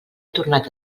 tornat